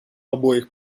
обоих